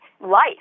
life